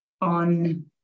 on